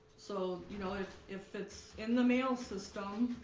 so, you know if if it's in the mail system